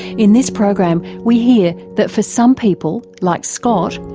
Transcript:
in this program we hear that for some people, like scott,